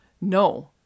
no